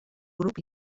grup